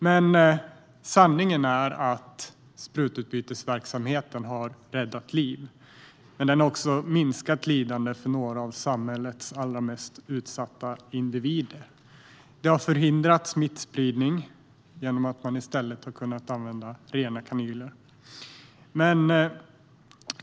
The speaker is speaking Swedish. Men sanningen är att sprututbytesverksamheten har räddat liv. Den har också minskat lidandet för några av samhällets allra mest utsatta individer. Den har förhindrat smittspridning genom att man i stället har kunnat använda rena kanyler.